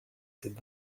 cette